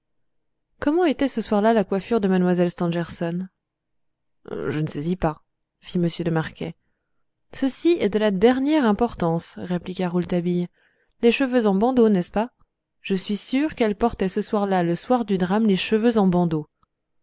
comment était ce soir-là la coiffure de mlle stangerson je ne saisis pas fit m de marquet ceci est de la dernière importance répliqua rouletabille les cheveux en bandeaux n'est-ce pas je suis sûr qu'elle portait ce soir-là le soir du drame les cheveux en bandeaux